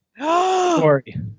Sorry